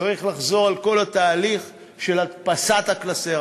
וצריך לחזור על כל התהליך של הדפסת הקלסר,